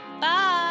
Bye